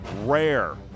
rare